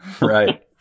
Right